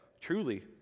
truly